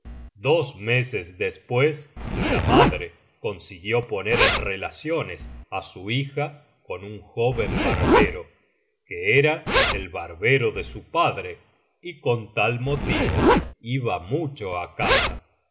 dos meses después la madre consiguió poner en relaciones á su hija con un joven barbero que era el barbero de su padre y con tal motivo iba mucho á casa